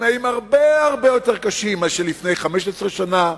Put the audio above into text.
בתנאים הרבה הרבה יותר קשים מאשר לפני 15 שנה.